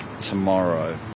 tomorrow